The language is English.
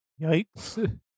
Yikes